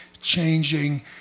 changing